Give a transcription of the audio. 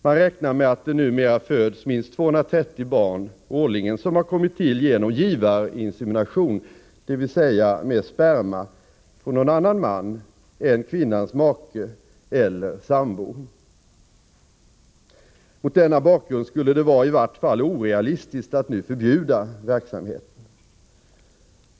Man räknar med att det numera föds minst 230 barn årligen som har kommit till genom givarinsemination, dvs. med sperma från någon annan man än kvinnans make eller sambo. Mot denna bakgrund skulle det vara i vart fall orealistiskt att nu förbjuda verksamheten.